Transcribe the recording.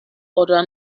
other